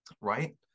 right